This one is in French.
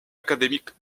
académique